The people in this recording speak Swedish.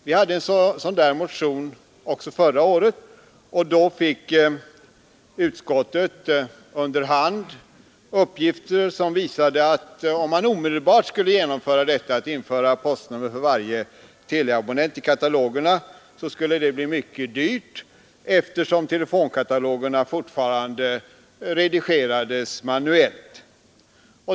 Vi hade en sådan motion också förra året, och då fick utskottet under hand uppgifter som visade att om man omedelbart skulle införa postnummer för varje teleabonnent i katalogerna skulle det bli mycket dyrt, eftersom telefonkatalogerna fortfarande redigerades manuellt.